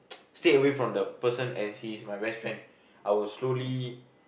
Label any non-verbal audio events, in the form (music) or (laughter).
(noise) stay away from the person as he's my best friend I will slowly